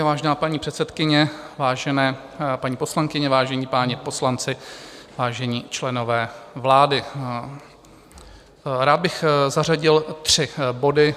Vážená paní předsedkyně, vážené paní poslankyně, vážení páni poslanci, vážení členové vlády, rád bych zařadil tři body.